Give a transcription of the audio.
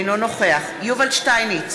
אינו נוכח יובל שטייניץ,